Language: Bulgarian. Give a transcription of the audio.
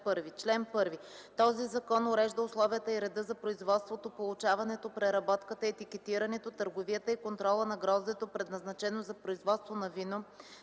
„Чл. 1. Този закон урежда условията и реда за производството, получаването, преработката, етикетирането, търговията и контрола на гроздето, предназначено за производство на вино,